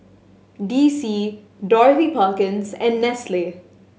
D C Dorothy Perkins and Nestle